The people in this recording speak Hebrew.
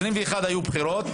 ב-2021 היו בחירות.